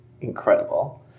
incredible